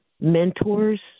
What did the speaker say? mentors